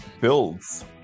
builds